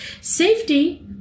Safety